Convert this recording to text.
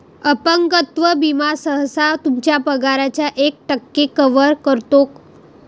अपंगत्व विमा सहसा तुमच्या पगाराच्या एक टक्के कव्हर करतो